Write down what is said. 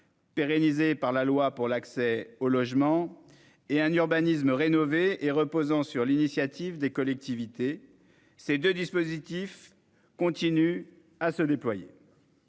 Pérennisés par la loi pour l'accès au logement et un urbanisme rénové et reposant sur l'initiative des collectivités, ces deux dispositifs continuent de se déployer.